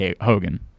Hogan